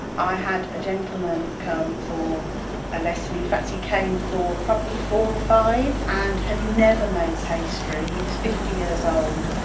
ah had a gentleman come for a lesson, in fact he came for probably four or five and had never made pastry, he was fifty years old,